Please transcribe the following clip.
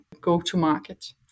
go-to-market